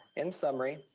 in summary,